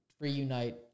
reunite